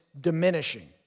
diminishing